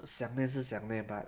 想念是想念 but